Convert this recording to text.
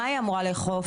מה היא אמורה לאכוף?